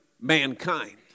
mankind